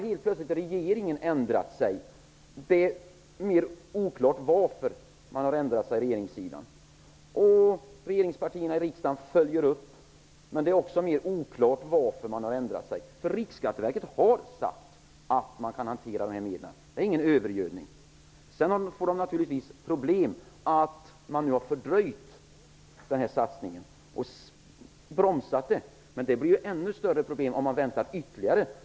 Helt plötsligt har regeringen ändrat sig. Det är mer oklart varför man ändrat sig. Regeringspartierna i riksdagen följer upp detta, och det är också mer oklart varför. Riksskatteverket har sagt att man kan hantera dessa medel, det är ingen övergödning. Sedan får Riksskatteverket naturligtvis problem genom att man har fördröjt och bromsat satsningen. Men det blir ännu större problem om vi väntar ytterligare.